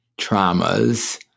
traumas